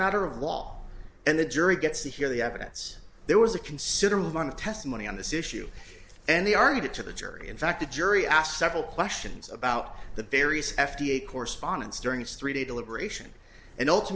matter of law and the jury gets to hear the evidence there was a considerable amount of testimony on this issue and they are headed to the jury in fact the jury asked several questions about the various f d a correspondence during its three day deliberation and